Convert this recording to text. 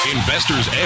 Investor's